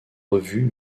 revues